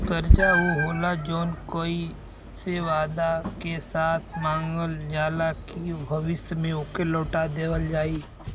कर्जा ऊ होला जौन कोई से वादा के साथ मांगल जाला कि भविष्य में ओके लौटा देवल जाई